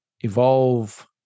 evolve